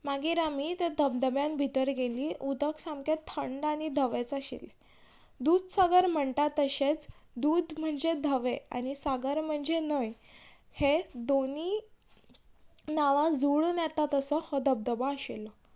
मागीर आमी ते धबधब्यान भितर गेलीं उदक सामकें थंड आनी धवेंच आशिल्लें दुदसागर म्हणटा तशेंच दूद म्हणजे धवें आनी सागर म्हन्जे न्हंय हे दोनी नांवां जोडून येता तसो हो धबधबो आशिल्लो